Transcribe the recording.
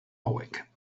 hauek